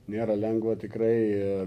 nėra lengva tikrai